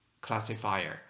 classifier